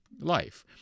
life